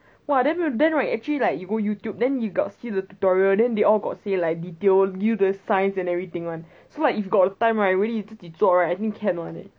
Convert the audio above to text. !wah! then then right actually like you go youtube then you got see the tutorial then they all got say like detail give you the science and everything [one] so like if you got the time really you 自己做 right I think can [one] leh